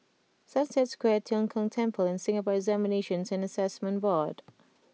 Sunset Square Tian Kong Temple and Singapore Examinations and Assessment Board